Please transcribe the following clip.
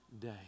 day